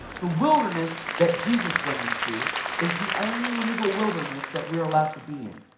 the wilderness that jesus went into is the only legal wilderness that we're allowed to be in.